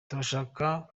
turashaka